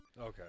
Okay